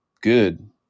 good